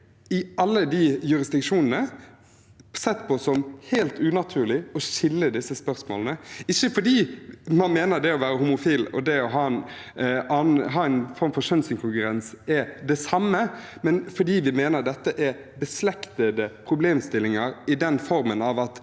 i alle de jurisdiksjonene sett på som helt unaturlig å skille disse spørsmålene – ikke fordi man mener at det å være homofil og det å ha en form for kjønnsinkongruens er det samme, men fordi man mener dette er beslektede problemstillinger i form av at